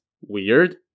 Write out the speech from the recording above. weird